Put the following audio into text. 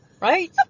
right